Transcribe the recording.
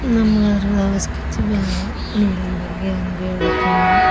ನಮ್ಗೆ ಅದ್ರದ್ದು ಅವಸ್ಕತೆ ಭಾಳ ನೀರಿನ ಬಗ್ಗೆ ಅಂದರೆ ಹೇಳ್ಬೇಕ್ ಅಂದ್ರೆ